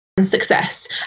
success